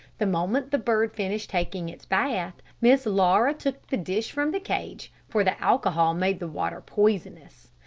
the moment the bird finished taking its bath, miss laura took the dish from the cage, for the alcohol made the water poisonous.